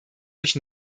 durch